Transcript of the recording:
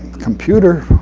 computer.